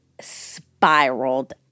spiraled